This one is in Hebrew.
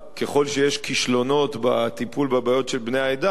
ככל שיש כישלונות בטיפול בבעיות של בני העדה,